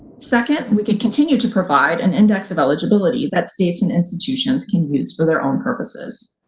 second, we could continue to provide an index of eligibility that states and institutions can use for their own purposes.